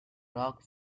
rock